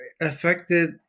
affected